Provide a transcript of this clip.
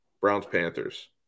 Browns-Panthers